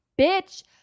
bitch